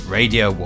Radio